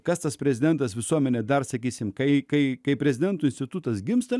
kas tas prezidentas visuomenė dar sakysime kai kai kaip prezidento institutas gimsta